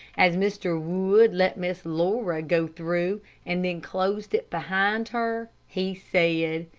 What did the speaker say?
as mr. wood let miss laura go through and then closed it behind her, he said,